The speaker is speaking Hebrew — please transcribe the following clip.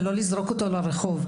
ולא לזרוק אותו לרחוב.